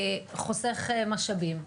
חוסך משאבים?